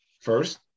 First